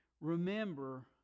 Remember